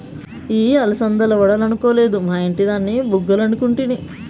ఇయ్యి అలసంద వడలనుకొలేదు, మా ఇంటి దాని బుగ్గలనుకుంటిని